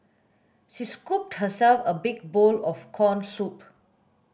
she scooped herself a big bowl of corn soup